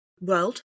world